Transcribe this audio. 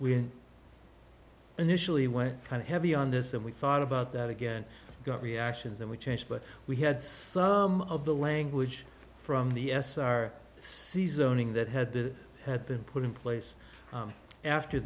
we initially went kind of heavy on this and we thought about that again got reactions and we changed but we had some of the language from the s r c zoning that had that had been put in place after